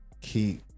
keep